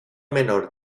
menor